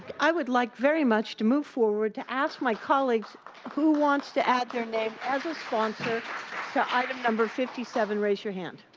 i would like very much to move forward, to ask my colleagues who want to add their name as a sponsor to item number fifty seven, raise your hand.